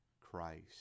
Christ